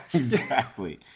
exactly.